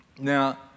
Now